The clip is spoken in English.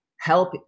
help